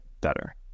better